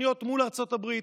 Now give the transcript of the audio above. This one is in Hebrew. בתוכניות מול ארצות הברית,